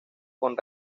con